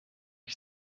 ich